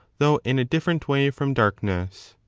though in a different way from darkness.